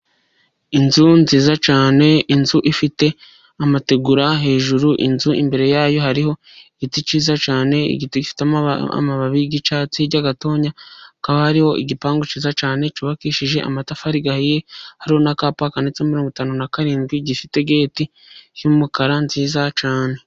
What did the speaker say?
Inzu nziza cyane inzu ifite amategura hejuru. inzu imbere yayo hariho igiti cyiza cyane. igiti gifite amababi y'icyatsi hirya gato hakaba hari gipangu cyiza cyane cyubakishijwe amatafari ahiye hariho nakapa kanditseho mirongo itanu na karindwi gifite geti y'umukara nziza cyane.